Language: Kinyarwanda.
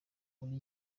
muri